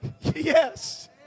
Yes